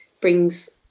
brings